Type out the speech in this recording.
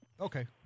Okay